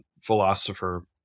philosopher